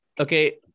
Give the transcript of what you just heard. Okay